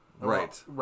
Right